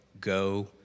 go